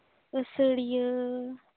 ᱟᱹᱥᱟᱹᱲᱤᱭᱟᱹ